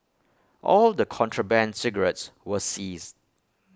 all the contraband cigarettes were seized